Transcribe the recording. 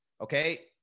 Okay